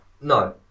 no